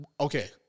Okay